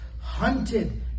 hunted